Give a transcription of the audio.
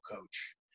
coach